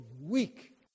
weak